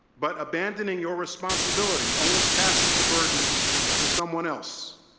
but, abandoning your responsibility only passes the burden to someone else,